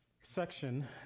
section